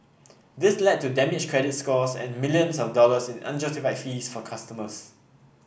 this led to damaged credit scores and millions of dollars in unjustified fees for customers